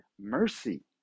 mercy